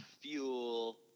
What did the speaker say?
fuel